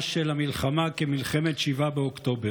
שמה של המלחמה כ"מלחמת 7 באוקטובר".